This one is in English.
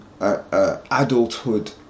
adulthood